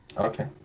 Okay